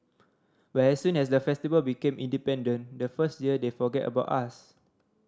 but as soon as the Festival became independent the first year they forgot about us